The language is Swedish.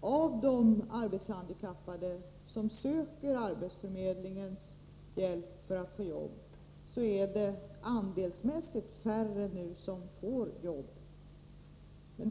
av de arbetshandikappade som söker arbetsförmedlingens hjälp för att få jobb är det andelsmässigt färre som får jobb nu.